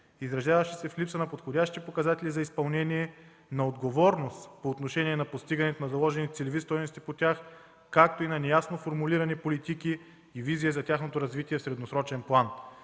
изразяващи се в липса на подходящи показатели за изпълнение, на отговорност по отношение на постигането на заложените целеви стойности по тях, както и на неясно формулирани политики и визия за тяхното развитие в средносрочен план.